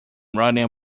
writing